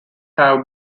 have